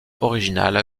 originale